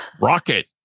rocket